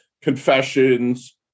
confessions